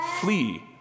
Flee